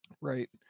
Right